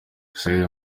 israel